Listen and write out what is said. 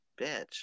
bitch